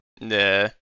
Nah